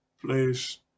place